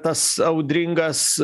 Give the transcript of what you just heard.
tas audringas